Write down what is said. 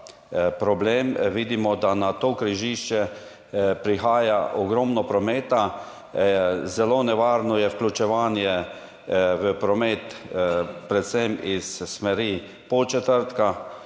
problem, vidimo, da v to križišče prihaja ogromno prometa. Zelo nevarno je vključevanje v promet predvsem iz smeri Podčetrtka